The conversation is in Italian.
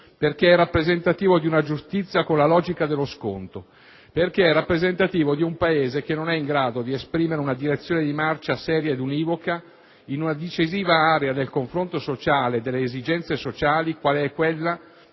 perché è rappresentativo di una giustizia con la logica dello sconto; perché è rappresentativo di un Paese che non è in grado di esprimere una direzione di marcia seria ed univoca, in una decisiva area del confronto sociale e delle esigenze sociali, qual è quella